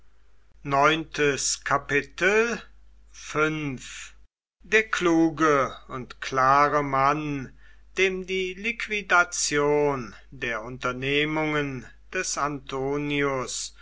krieg zusammenhängen der kluge und klare mann dem die liquidation der unternehmungen des antonius